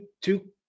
two